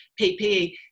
PPE